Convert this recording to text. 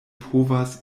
povas